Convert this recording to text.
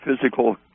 physical